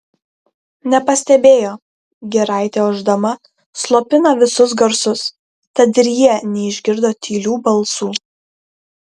nepastebėjo giraitė ošdama slopina visus garsus tad ir jie neišgirdo tylių balsų